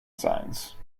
signs